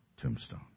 tombstone